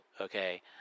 okay